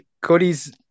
Cody's